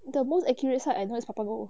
the most accurate site I know is papago